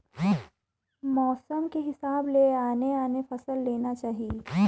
मउसम के हिसाब ले आने आने फसल लेना चाही